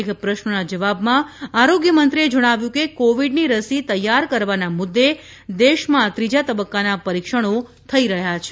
એક પ્રશ્નના જવાબમાં આરોગ્યમંત્રીએ જણાવ્યું હતું કે કોવીડની રસી તૈયાર કરવાના મુદ્દે દેશમાં ત્રીજા તબક્કાના પરિક્ષણો થઈ રહ્યા છે